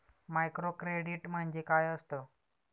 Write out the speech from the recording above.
Microcredit म्हणजे काय असतं?